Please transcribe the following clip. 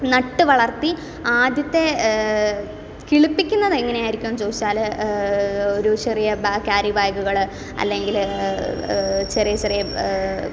നട്ടുവളർത്തി ആദ്യത്തെ കിളിപ്പിക്കുന്നത് എങ്ങനെ ആയിരിക്കും എന്ന് ചോദിച്ചാൽ ഒരു ചെറിയ ക്യാരി ബാഗുകൾ അല്ലെങ്കിൽ ചെറിയ ചെറിയ